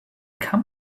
come